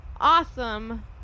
awesome